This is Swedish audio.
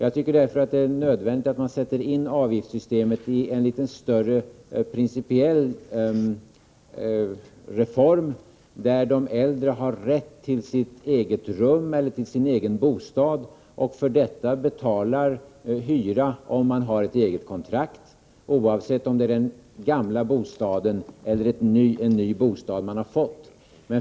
Jag tycker därför att det är nödvändigt att man sätter in avgiftssystemet i en större principiell reform där de äldre har rätt till sitt eget rum eller sin egen bostad och för detta betalade hyra, om de har ett eget kontrakt — oavsett om det är den gamla bostaden eller om man har fått en ny bostad.